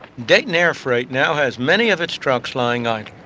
dayton air freight now has many of its trucks lying idle,